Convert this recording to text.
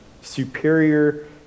superior